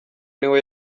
niho